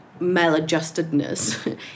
maladjustedness